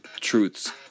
truths